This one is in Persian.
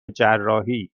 جراحی